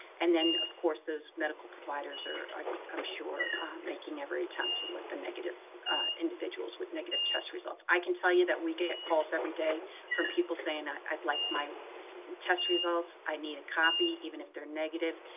and then of course those medical providers are, i'm um sure i'm making every attempt to let the negative individuals with negative test results. i can tell you that we get calls every day from people saying i'd like my test results. i need a copy. even if they're negative,